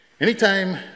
Anytime